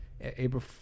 April